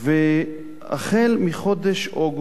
מחודש אוגוסט,